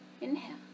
Inhale